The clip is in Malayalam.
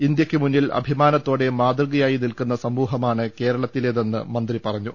ഇന്ത്യയ്ക്ക് മുന്നിൽ അഭിമാനത്തോടെ മാതൃകയായി നിൽക്കുന്ന സമൂഹമാണ് കേരളത്തിലേതെന്ന് മന്ത്രി പറഞ്ഞു